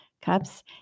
Cups